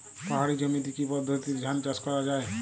পাহাড়ী জমিতে কি পদ্ধতিতে ধান চাষ করা যায়?